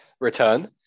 return